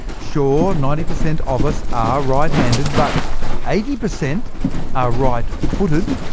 sure, ninety per cent of us are right-handed, but eighty per cent are right-footed,